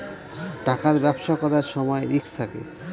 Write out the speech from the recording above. টাকার ব্যবসা করার সময় রিস্ক থাকে